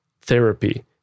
therapy